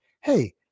hey